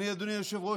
אדוני היושב-ראש,